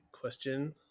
question